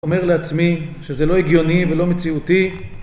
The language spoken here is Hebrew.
אני אומר לעצמי שזה לא הגיוני ולא מציאותי